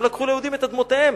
הם לקחו ליהודים את אדמותיהם.